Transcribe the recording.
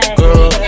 girl